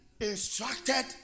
Instructed